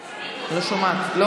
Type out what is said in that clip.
הצבעה.